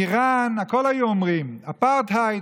איראן, על הכול היו אומרים, אפרטהייד.